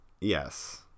yes